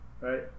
right